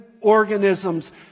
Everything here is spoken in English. organisms